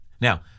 Now